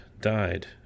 died